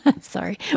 sorry